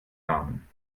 namen